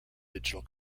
digital